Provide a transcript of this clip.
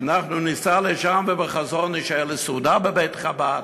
אנחנו ניסע לשם ונישאר לסעודה בבית-חב"ד,